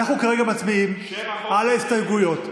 אנחנו כרגע מצביעים על ההסתייגויות.